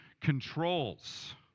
controls